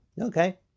okay